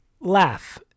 Laugh